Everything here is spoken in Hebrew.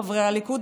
חברי הליכוד,